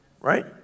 Right